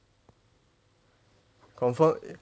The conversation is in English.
confirm